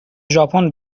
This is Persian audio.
ژاپن